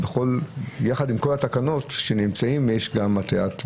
יחד עם כל התקנות יש גם עטיית מסכה,